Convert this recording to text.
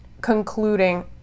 concluding